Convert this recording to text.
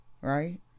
Right